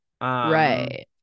right